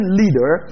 leader